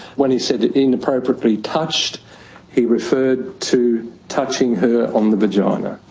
when he said inappropriately touched he referred to touching her on the vagina.